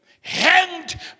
hanged